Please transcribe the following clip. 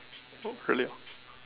oh really ah